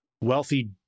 wealthy